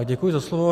Děkuji za slovo.